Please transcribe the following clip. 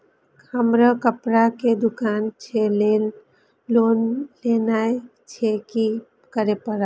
हमर कपड़ा के दुकान छे लोन लेनाय छै की करे परतै?